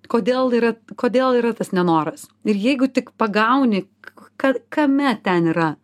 kodėl yra kodėl yra tas nenoras ir jeigu tik pagauni ka kame ten yra